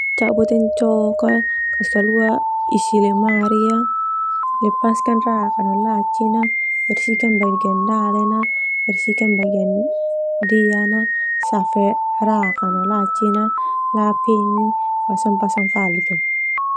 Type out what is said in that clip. Kas kalua isi lemari ya lepaskan rak no laci na bersihkan bagian dale na bersihkan no dea na safe na pasang galon.